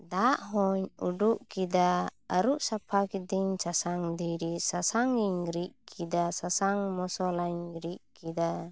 ᱫᱟᱜ ᱦᱚᱸᱧ ᱩᱰᱩᱠ ᱠᱮᱫᱟ ᱟᱹᱨᱩᱯ ᱥᱟᱯᱷᱟ ᱠᱤᱫᱟᱹᱧ ᱥᱟᱥᱟᱝ ᱫᱷᱤᱨᱤ ᱥᱟᱥᱟᱝ ᱤᱧ ᱨᱤᱫ ᱠᱮᱫᱟ ᱥᱟᱥᱟᱝ ᱢᱚᱥᱞᱟᱧ ᱨᱤᱫ ᱠᱮᱫᱟ